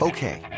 Okay